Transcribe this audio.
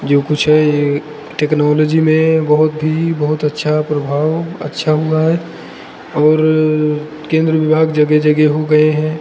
जो कुछ है यह टेक्नोलॉजी में बहुत ही बहुत अच्छा प्रभाव अच्छा हुआ है और केंद्र विभाग जगह जगह हो गए हैं